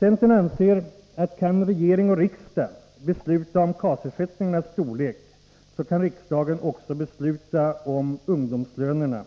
Centern anser att kan regering och riksdag besluta om KAS-ersättningens storlek, så kan riksdagen också besluta om ungdomslagslönerna